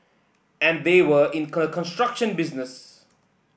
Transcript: and they were in construction business